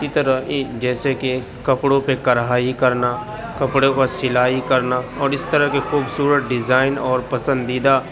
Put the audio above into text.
اسی طرح ایک جیسے کہ کپڑوں پہ کڑھائی کرنا کپڑوں کا سلائی کرنا اور اس طرح کے خوبصورت ڈیزائن اور پسندیدہ